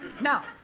Now